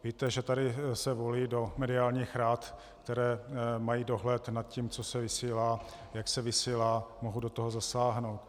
Víte, že se tady volí do mediálních rad, které mají dohled nad tím, co se vysílá, jak se vysílá, mohou do toho zasáhnout.